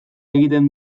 egiten